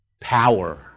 power